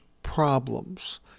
problems